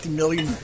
million